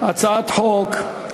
הצעת חוק,